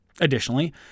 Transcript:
Additionally